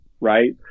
Right